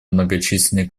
многочисленные